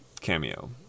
cameo